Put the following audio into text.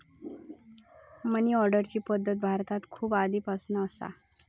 मनी ऑर्डरची पद्धत भारतात खूप आधीपासना असा